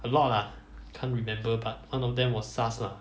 a lot lah can't remember but one of them was SARS lah